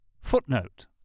Footnote